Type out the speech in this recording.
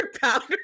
powder